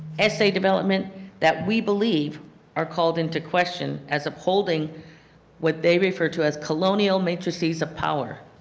essay development that we believe are called into question as upholding what they refer to as colonial matrices of power,